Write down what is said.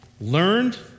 learned